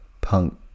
Punk